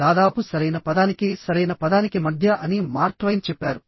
దాదాపు సరైన పదానికి సరైన పదానికి మధ్య అని మార్క్ ట్వైన్ చెప్పారు